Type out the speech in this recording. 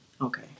Okay